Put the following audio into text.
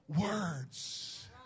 words